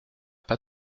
pas